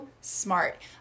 smart